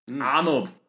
Arnold